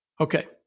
Okay